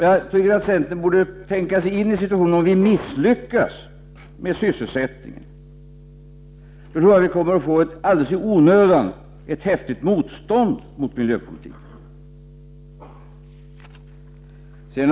Jag tycker att centern borde tänka sig in i en situation där vi misslyckas med sysselsättningen. Jag tror att vi under sådana förhållanden kommer att alldeles i onödan få ett häftigt motstånd mot miljöpolitiken.